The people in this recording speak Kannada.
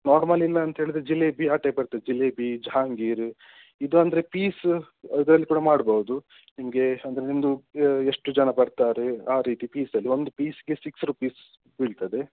ನಾರ್ಮಲ್ ಇಲ್ಲ ಅಂತೇಳಿದರೆ ಜಿಲೇಬಿ ಆ ಟೈಪ್ ಬರ್ತದೆ ಜಿಲೇಬಿ ಜಹಾಂಗೀರು ಇದು ಅಂದರೆ ಪೀಸು ಅದ್ರಲ್ಲಿ ಕೂಡ ಮಾಡ್ಬೌದು ನಿಮಗೆ ಅಂದರೆ ನಿಮ್ಮದು ಎಷ್ಟು ಜನ ಬರ್ತಾರೆ ಆ ರೀತಿ ಪೀಸಲ್ಲಿ ಒಂದು ಪೀಸ್ಗೆ ಸಿಕ್ಸ್ ರುಪೀಸ್ ಬೀಳ್ತದೆ